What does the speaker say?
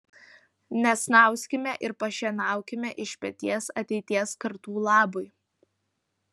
nesnauskime ir pašienaukime iš peties ateities kartų labui